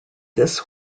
this